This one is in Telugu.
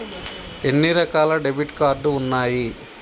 ఎన్ని రకాల డెబిట్ కార్డు ఉన్నాయి?